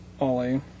Ollie